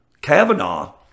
Kavanaugh